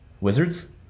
Wizards